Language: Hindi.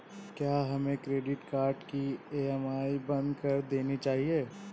क्या हमें क्रेडिट कार्ड की ई.एम.आई बंद कर देनी चाहिए?